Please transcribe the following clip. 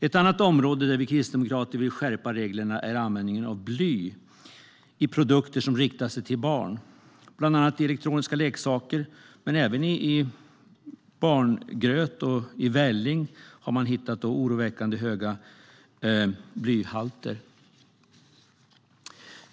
Ett annat område där vi kristdemokrater vill skärpa reglerna är användningen av bly i produkter som riktar sig till barn. Bland annat i elektroniska leksaker men även i barngröt och välling har oroväckande blyhalter uppmätts.